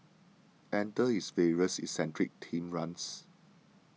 enter his various eccentric themed runs